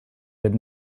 did